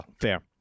Fair